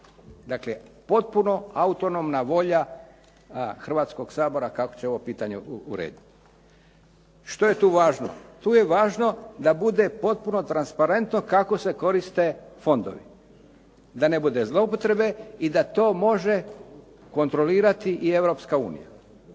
Dakle, potpuno autonomna volja Hrvatskoga sabora kako će ovo pitanje urediti. Što je tu važno? Tu je važno da bude potpuno transparentno kako se koriste fondovi, da ne bude zloupotrebe i da to može kontrolirati i Europska unija.